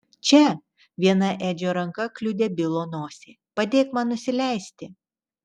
čia viena edžio ranka kliudė bilo nosį padėk man nusileisti